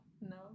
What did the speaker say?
No